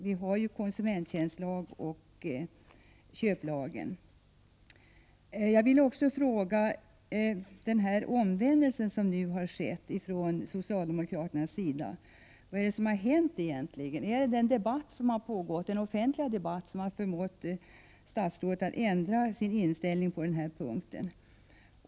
Vi har ju konsumenttjänstlagen och köplagen. Det har skett en omvändelse från socialdemokraternas sida. Vad är det egentligen som har hänt? Är det den offentliga debatten som har förmått statsrådet att ändra sin inställning på den här punkten?